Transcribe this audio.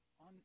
on